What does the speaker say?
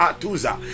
Atuza